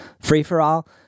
free-for-all